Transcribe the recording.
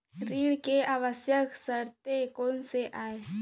ऋण के आवश्यक शर्तें कोस आय?